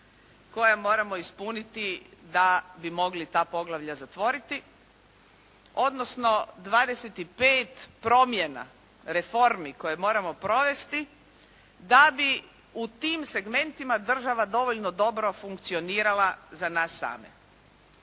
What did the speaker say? koja moramo ispuniti da bi mogli ta poglavlja zatvoriti, odnosno 25 promjena reformi koje moramo provesti da bi u tim segmentima država dovoljno dobro funkcionirala za nas same.